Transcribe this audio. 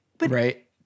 right